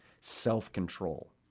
self-control